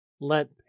let